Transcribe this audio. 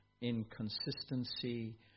inconsistency